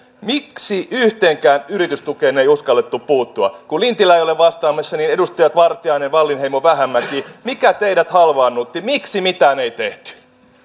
miksi yhteenkään yritystukeen ei uskallettu puuttua kun lintilä ei ole vastaamassa niin edustajat vartiainen wallinheimo vähämäki mikä teidät halvaannutti miksi mitään ei tehty